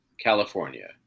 California